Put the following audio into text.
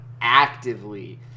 actively